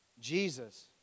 Jesus